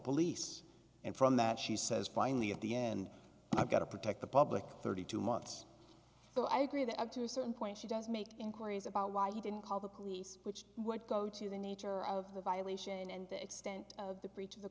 police and from that she says finally at the end i've got to protect the public thirty two months so i agree that after a certain point she does make inquiries about why you didn't call the police which would go to the nature of the violation and the extent of the breach of the